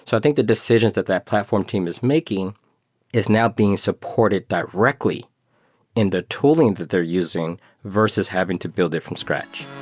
so i think the decisions that that platform team is making is now being supported directly in the tooling that they're using versus having to build it from scratch